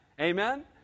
Amen